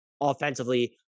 offensively